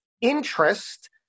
interest